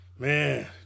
Man